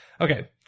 Okay